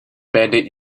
painted